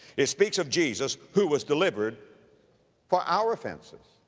it speaks of jesus, who was delivered for our offenses,